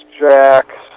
Jack